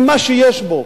עם מה שיש בו.